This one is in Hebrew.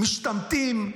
משתמטים,